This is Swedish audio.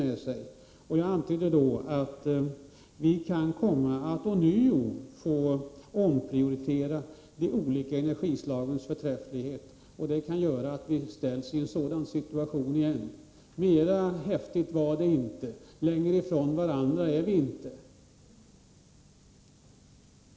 Jag antyder således att vi kan komma att ånyo få ompröva de olika energislagens förträfflighet, och det kan göra att vi ställs i en besvärlig situation igen. Mer häftigt var det inte. Längre ifrån varandra är vi inte.